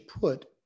put